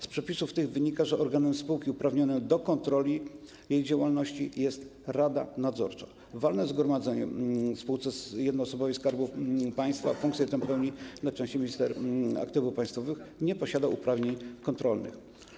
Z przepisów tych wynika, że organem spółki uprawnionym do kontroli jej działalności jest rada nadzorcza, walne zgromadzenie, w spółce jednoosobowej Skarbu Państwa funkcję tę pełni najczęściej minister aktywów państwowych, nie posiada uprawnień kontrolnych.